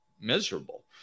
miserable